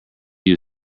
you